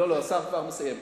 לא, השר כבר מסיים.